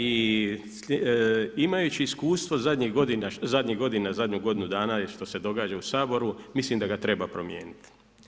I imajući iskustvo zadnjih godina, zadnju godinu dana što se događa u Saboru mislim da ga treba promijeniti.